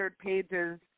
pages